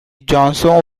جانسون